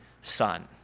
son